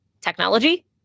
technology